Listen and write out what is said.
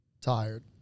Tired